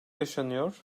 yaşanıyor